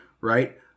right